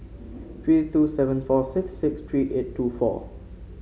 three two seven four six six three eight two four